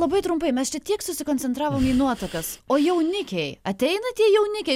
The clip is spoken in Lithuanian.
labai trumpai mes čia tiek susikoncentravom į nuotakas o jaunikiai ateina tie jaunikiai